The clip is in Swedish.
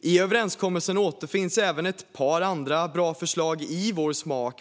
I överenskommelsen återfinns även ett par andra bra förslag i vår smak.